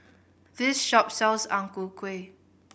this shop sells Ang Ku Kueh